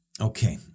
Okay